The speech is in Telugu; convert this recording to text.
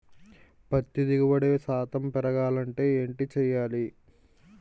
పత్తి దిగుబడి శాతం పెరగాలంటే ఏంటి చేయాలి?